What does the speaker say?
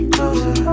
Closer